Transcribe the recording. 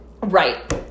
Right